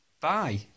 Bye